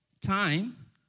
time